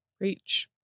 reach